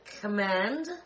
Command